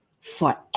forever